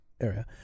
area